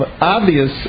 obvious